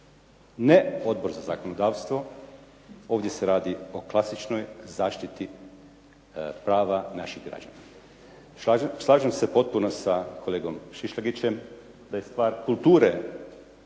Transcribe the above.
ne Odbor za zakonodavstvo. Ovdje se radi o klasičnoj zaštiti prava naših građana. Slažem se potpuno sa kolegom Šišljagićem da je stvar kulture